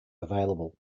available